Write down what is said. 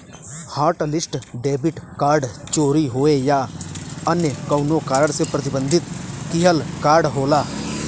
hotlist debit card चोरी होये या अन्य कउनो कारण से प्रतिबंधित किहल कार्ड होला